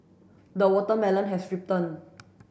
the watermelon has ripen